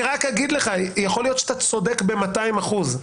ויכול להיות שאתה צודק במאתיים אחוז,